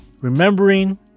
Remembering